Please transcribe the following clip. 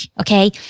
okay